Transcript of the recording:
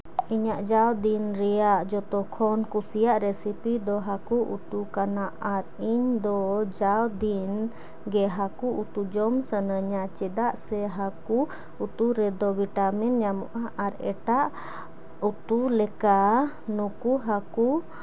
ᱤᱧᱟᱹᱜ ᱡᱟᱣ ᱫᱤᱱ ᱨᱮᱭᱟᱜ ᱡᱷᱚᱛᱚ ᱠᱷᱚᱱ ᱠᱩᱥᱤᱭᱟᱜ ᱨᱮᱥᱤᱯᱤ ᱫᱚ ᱦᱟᱹᱠᱩ ᱩᱛᱩ ᱠᱟᱱᱟ ᱟᱨ ᱤᱧ ᱫᱚ ᱡᱟᱣ ᱫᱤᱱ ᱜᱮ ᱦᱟᱹᱠᱩ ᱩᱛᱩ ᱡᱚᱢ ᱥᱟᱱᱟᱧᱟ ᱪᱮᱫᱟᱜ ᱥᱮ ᱦᱟᱹᱠᱩ ᱩᱛᱩ ᱨᱮᱫᱚ ᱵᱷᱤᱴᱟᱢᱤᱱ ᱧᱟᱢᱚᱜᱼᱟ ᱟᱨ ᱮᱴᱟᱜ ᱩᱛᱩ ᱞᱮᱠᱟ ᱱᱩᱠᱩ ᱦᱟᱹᱠᱩ